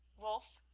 wulf?